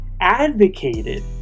advocated